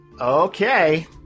Okay